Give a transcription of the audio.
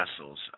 vessels